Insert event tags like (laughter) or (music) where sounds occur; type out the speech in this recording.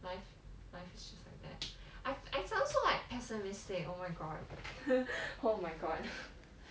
life life's just like that I I sound so like pessimistic oh my god (laughs) oh my god